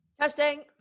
Testing